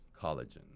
collagen